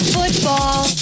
Football